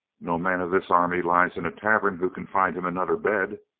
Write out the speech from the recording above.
no man of this army lies in a tavern who can find him another bed,